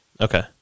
Okay